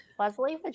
Leslie